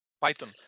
Python